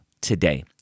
today